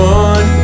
one